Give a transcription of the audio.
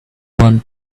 want